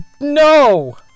No